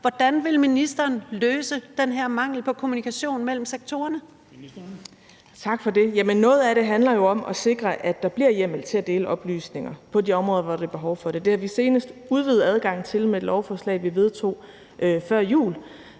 Bonnesen): Ministeren. Kl. 14:47 Social- og ældreministeren (Astrid Krag): Tak for det. Noget af det handler jo om at sikre, at der bliver hjemmel til at dele oplysninger på de områder, hvor der er behov for det. Det har vi senest udvidet adgangen til med et lovforslag, vi vedtog før jul.